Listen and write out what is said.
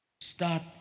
Start